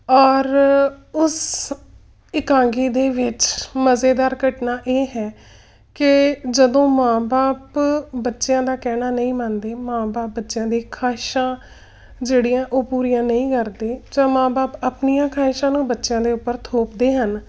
ਔਰ ਉਸ ਇਕਾਂਗੀ ਦੇ ਵਿੱਚ ਮਜ਼ੇਦਾਰ ਘਟਨਾ ਇਹ ਹੈ ਕਿ ਜਦੋਂ ਮਾਂ ਬਾਪ ਬੱਚਿਆਂ ਦਾ ਕਹਿਣਾ ਨਹੀਂ ਮੰਨਦੇ ਮਾਂ ਬਾਪ ਬੱਚਿਆਂ ਦੀ ਖੁਆਹਿਸ਼ਾਂ ਜਿਹੜੀਆਂ ਉਹ ਪੂਰੀਆਂ ਨਹੀਂ ਕਰਦੇ ਜਾਂ ਮਾਂ ਬਾਪ ਆਪਣੀਆਂ ਖੁਆਹਿਸ਼ਾਂ ਨੂੰ ਬੱਚਿਆਂ ਦੇ ਉੱਪਰ ਥੋਪਦੇ ਹਨ